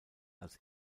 als